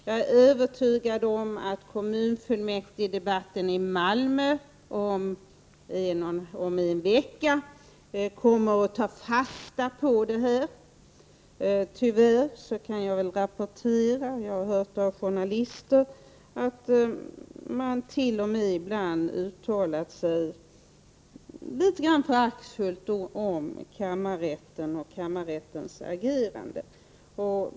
Jag är övertygad om att kommunfullmäktigedebatten i Malmö om en vecka kommer att ta fasta på detta. Tyvärr kan jag rapportera något som jag hört av journalister, nämligen att man ibland t.o.m. uttalat sig litet föraktfullt om kammarrätten och kammarrättens agerande.